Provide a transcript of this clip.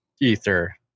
Ether